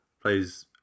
plays